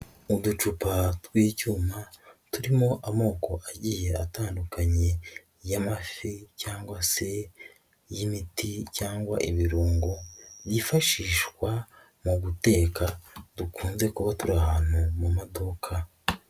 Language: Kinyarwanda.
Uducupa tw'icyuma turimo amoko agiye atandukanye y'amafi cyangwa se y'imiti cyangwa ibirungo, byifashishwa mu guteka dukunze kub turi ahantu mu maduka.